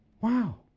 wow